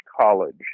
college